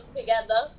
together